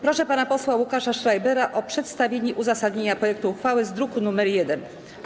Proszę pana posła Łukasza Schreibera o przedstawienie uzasadnienia projektu uchwały z druku nr 1.